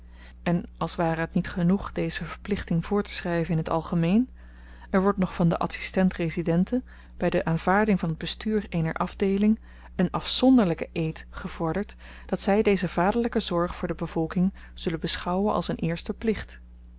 en als ware het niet genoeg deze verplichting voorteschryven in t algemeen er wordt nog van de adsistent residenten by de aanvaarding van t bestuur eener afdeeling een afzonderlyke eed gevorderd dat zy deze vaderlyke zorg voor de bevolking zullen beschouwen als een eersten plicht